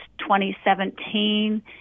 2017